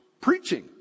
Preaching